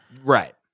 Right